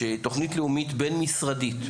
תוכנית לאומית בין-משרדית.